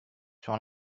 sur